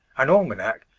an almanac,